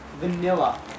Vanilla